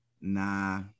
nah